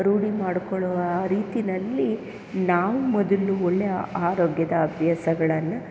ರೂಢಿ ಮಾಡಿಕೊಳ್ಳುವ ರೀತಿಯಲ್ಲಿ ನಾವು ಮೊದಲು ಒಳ್ಳೆಯ ಆರೋಗ್ಯದ ಅಭ್ಯಾಸಗಳನ್ನ